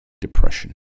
Depression